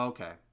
Okay